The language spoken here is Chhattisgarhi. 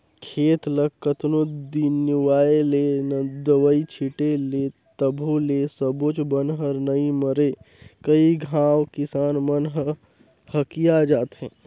खेत ल कतनों निंदवाय ले, दवई छिटे ले तभो ले सबोच बन हर नइ मरे कई घांव किसान मन ह हकिया जाथे